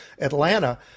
Atlanta